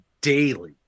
daily